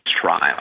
trial